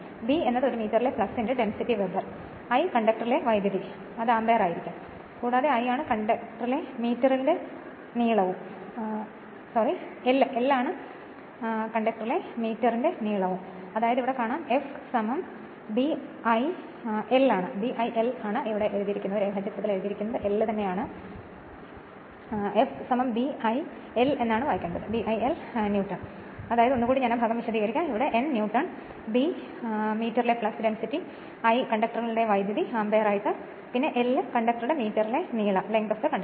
അതിനാൽ B എന്നത് ഒരു മീറ്ററിലെ ഫ്ളക്സ് ഡെൻസിറ്റി വെബർ ആണ് കൂടാതെ I ആണ് കണ്ടക്ടറുകളിലെ വൈദ്യുതി അത് ആമ്പിയർ ആണ് കൂടാതെ l ആണ് കണ്ടക്ടറുടെ മീറ്ററിലെ നീളം